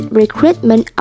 recruitment